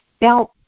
Now